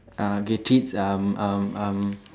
uh get treats um um um